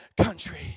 country